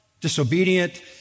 disobedient